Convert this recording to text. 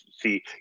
see